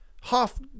half